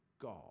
God